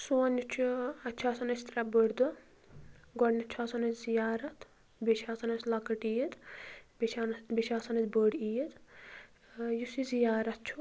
سون یہِ چھُ اَسہِ چھِ آسان اَسہِ ترےٚ بٕڈۍ دۄہ گۄڈنٮ۪تھ چھِ آسان اَسہِ زیارَتھ بیٚیہِ چھِ آسان اَسہِ لۄکٕٹۍ عیٖد بیٚیہِ چھِ آسان اَسہِ بٕڈ عیٖد یُس یہِ زیارَتھ چھُ